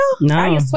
No